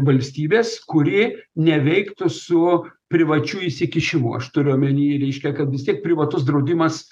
valstybės kuri neveiktų su privačiu įsikišimu aš turiu omeny reiškia kad visi privatus draudimas